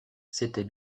c’était